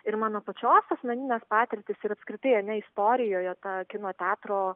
ir mano pačios asmenines patirtis ir apskritai ar ne istorijoje to kino teatro